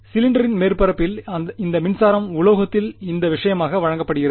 சிலிண்டரின் மேற்பரப்பின் இந்த மின்சாரம் உலோகத்தில் இந்த விஷயமாக வழங்கப்படுகிறது